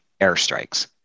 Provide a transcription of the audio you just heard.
airstrikes